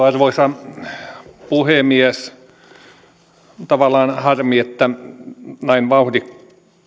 arvoisa puhemies tavallaan harmi että näin vauhdikkaan